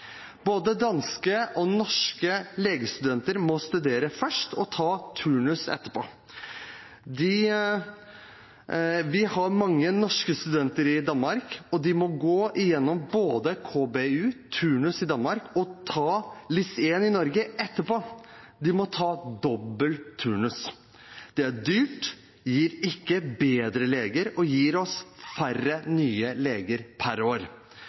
Både danske og norske legestudenter må studere først og ta turnus etterpå. Vi har mange norske studenter i Danmark, og de må gå gjennom både KBU og turnus i Danmark og ta LIS1 i Norge etterpå. De må ta dobbel turnus. Det er dyrt, gir ikke bedre leger og gir oss færre nye leger per år.